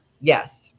Yes